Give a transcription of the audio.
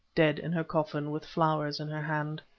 dead in her coffin, with flowers in her hand.